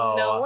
no